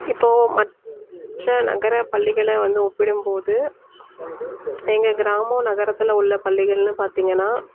இப்போ மற்ற நகரப் பள்ளிகளை வந்து ஒப்பிடும்போது எங்கள் கிராமம் நகரத்தில் உள்ள பள்ளிகள்னு பார்த்தீங்கன்னா